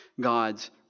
God's